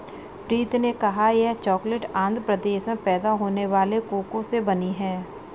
प्रीति ने कहा यह चॉकलेट आंध्र प्रदेश में पैदा होने वाले कोको से बनी है